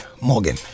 Morgan